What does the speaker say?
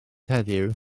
heddiw